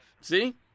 See